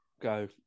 go